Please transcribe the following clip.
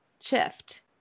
shift